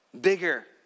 Bigger